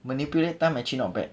manipulate time actually not bad